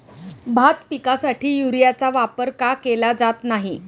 भात पिकासाठी युरियाचा वापर का केला जात नाही?